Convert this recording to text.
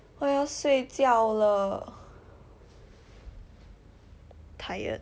我要睡觉了 tired